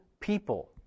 people